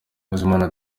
bizimana